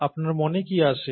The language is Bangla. আপনার মনে কি আসে